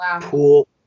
pool